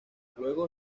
luego